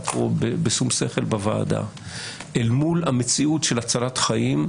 כאן בוועדה בשום שכל אל מול המציאות של הצלת חיים,